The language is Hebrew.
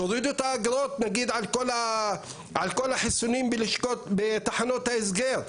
תורידו את האגרות נגיד על כל החיסונים בתחנות ההסגר.